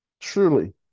truly